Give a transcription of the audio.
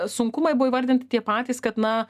sunkumai buvo įvardinti tie patys kad na